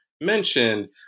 mentioned